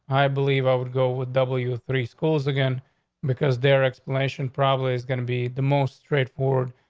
i believe i would go with w three schools again because their explanation probably is going to be the most straightforward,